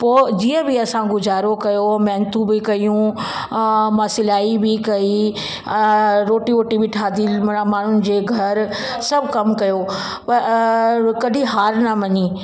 पो जीअं बि असां गुज़ारो कयो महिनतू बि कयूं मां सिलाई बि कई रोटी वोटी बि ठाही माण्हुनि जे घर सब कमु कयो पर कॾी हार न मनी